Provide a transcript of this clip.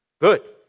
Good